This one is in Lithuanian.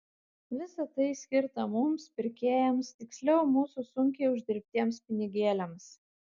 visa tai skirta mums pirkėjams tiksliau mūsų sunkiai uždirbtiems pinigėliams